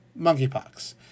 monkeypox